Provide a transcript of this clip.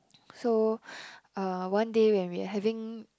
so uh one day when we're having